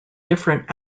different